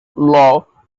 law